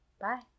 bye